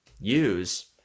use